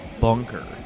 Bunker